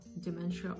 dementia